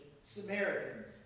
Samaritans